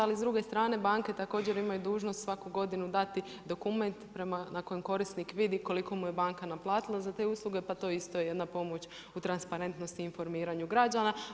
Ali s druge strane banke također imaju dužnost svaku godinu dati dokument na kojem korisnik vidi koliko mu je banka naplatila za te usluge, pa to isto je jedna pomoć u transparentnosti i informiranju građana.